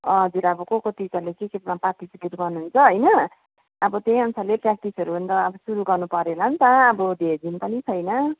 हजुर अब को को टिचरले के केसमा पार्टिसिपेट् गर्नुहुन्छ होइन अब त्यही अनुसारले प्रऱ्याकटिस अन्त सुरु गर्नुपऱ्यो होला नि त अब धेरै दिन पनि छैन